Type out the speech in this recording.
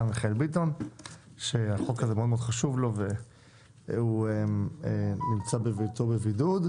מיכאל ביטון שהחוק הזה מאוד מאוד חשוב לו והוא נמצא בביתו בבידוד,